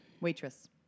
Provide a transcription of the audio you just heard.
waitress